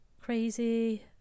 crazy